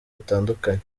butandukanye